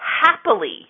happily